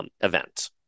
Event